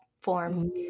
form